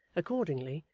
accordingly,